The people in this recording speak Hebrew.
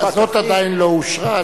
זאת עדיין לא אושרה,